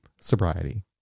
Sobriety